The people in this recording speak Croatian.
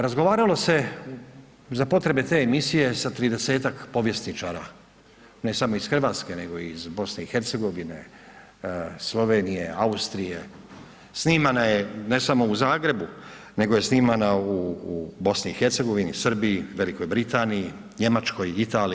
Razgovaralo se za potrebe te emisije sa 30-ak povjesničara, ne samo iz Hrvatske nego i iz BiH, Slovenije, Austrije, snimana je ne samo u Zagrebu nego je snimana u BiH, Srbiji, Velikoj Britaniji, Njemačkoj, Italiji.